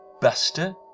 Buster